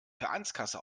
vereinskasse